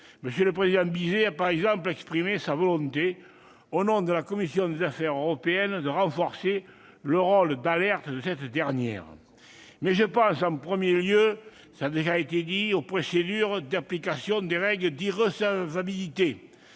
présent. Le président Bizet a par exemple exprimé sa volonté, au nom de la commission des affaires européennes, de renforcer le rôle d'alerte de cette dernière. Mais je pense, d'abord, aux procédures d'application des règles d'irrecevabilité.